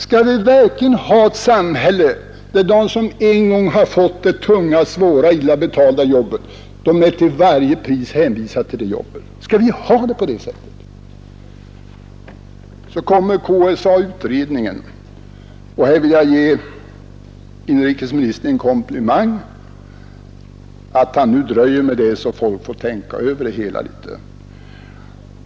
Skall vi verkligen ha ett samhälle där de som en gång har fått det tunga, svåra och illa betalda jobbet till varje pris är hänvisade till det jobbet? Så kommer KSA-utredningen. Jag vill ge inrikesministern en komplimang för att han nu dröjer med att lägga fram förslag så att folk får tänka över det hela.